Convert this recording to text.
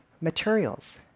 materials